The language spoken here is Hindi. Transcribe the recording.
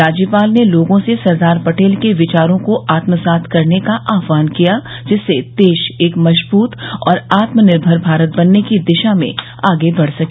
राज्यपाल ने लोगों से सरदार पटेल के विचारों को आत्मसात करने का आह्वान किया जिससे देश एक मजबूत और आत्मनिर्मर भारत बनने की दिशा में आगे बढ़ सके